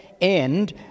end